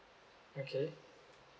okay